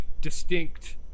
distinct